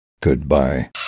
Goodbye